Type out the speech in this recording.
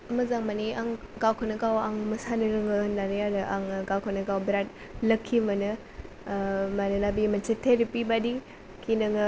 मोजां माने आं गावखौनो गाव आं मोसानो रोङो होननानै आरो आं गावखौनो गाव बिरात लाकि मोनो मानोना बियो मोनसे थेरेपि बायदि नोङो